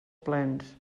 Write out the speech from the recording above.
plens